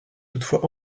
toutefois